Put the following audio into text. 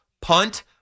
Punt